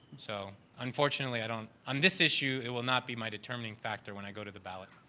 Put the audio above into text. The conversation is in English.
so unfortunately, i don't on this issue it will not be my determining factor when i go to the ballot,